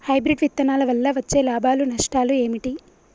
Hybrid విత్తనాల వల్ల వచ్చే లాభాలు నష్టాలు ఏమిటి?